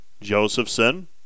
Josephson